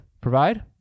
provide